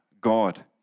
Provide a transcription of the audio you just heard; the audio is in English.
God